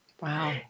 Wow